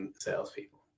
salespeople